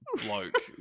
bloke